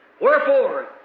Wherefore